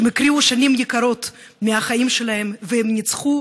שהקריבו שנים יקרות מהחיים שלהם וניצחו